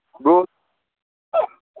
bro